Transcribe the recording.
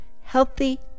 healthy